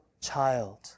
child